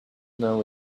know